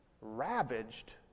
ravaged